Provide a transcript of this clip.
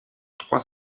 trois